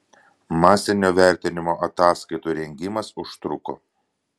masinio vertinimo ataskaitų rengimas užtruko